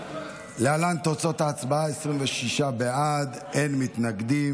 התשפ"ד 2024, לוועדת החוקה,